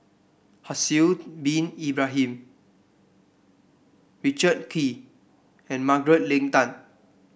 Haslir Bin Ibrahim Richard Kee and Margaret Leng Tan